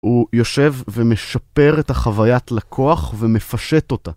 הוא יושב ומשפר את החוויית לקוח ומפשט אותה